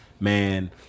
Man